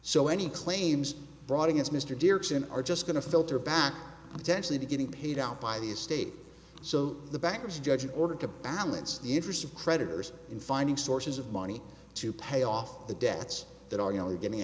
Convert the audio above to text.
so any claims brought against mr direction are just going to filter back attention to getting paid out by the estate so the bankruptcy judge in order to balance the interests of creditors in finding sources of money to pay off the debts that are really getting a